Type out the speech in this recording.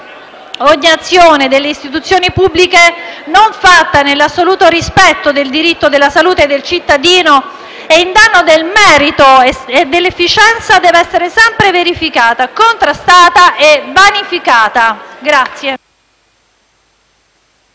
ogni azione delle istituzioni pubbliche fatta non nell'assoluto rispetto del diritto della salute del cittadino e in danno del merito e dell'efficienza deve essere sempre verificata, contrastata e vanificata.